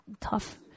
tough